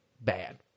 Bad